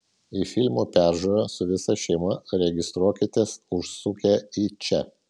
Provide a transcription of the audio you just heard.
į filmo peržiūrą su visa šeima registruokitės užsukę į čia